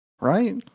Right